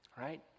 Right